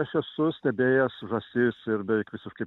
aš esu stebėjęs žąsis ir beveik visiškai